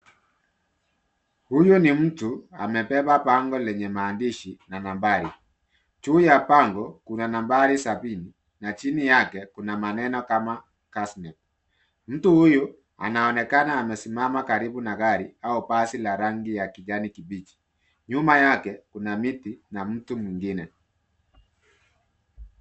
Huyo ni mtu amebeba bango lenye maandishi na nambari. Juu ya bango, kuna nambari sabini na chini yake kuna maneno kama KASNEB . Mtu huyu anaonekana amesimama karibu na gari au basi la rangi ya kijani kibichi. Nyuma yake kuna miti na mtu mwingine.